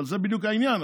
אבל זה בדיוק העניין,